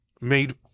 made